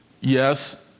yes